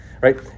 right